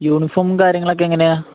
യൂണിഫോമും കാര്യങ്ങളും ഒക്കെ എങ്ങനെയാണ്